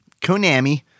Konami